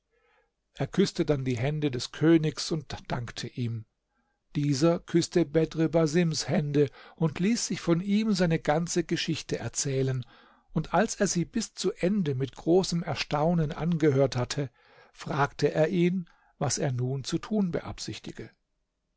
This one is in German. er küßte dann die hände des königs und dankte ihm dieser küßte bedr basims hände und ließ sich von ihm seine ganze geschichte erzählen und als er sie bis zu ende mit großem erstaunen angehört hatte fragte er ihn was er nun zu tun beabsichtige